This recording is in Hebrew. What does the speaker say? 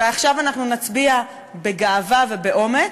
ועכשיו אנחנו נצביע בגאווה ובאומץ,